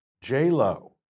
J-Lo